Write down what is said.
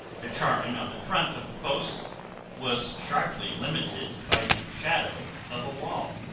the charring on the front of the posts was sharply limited by the shadow of a wall.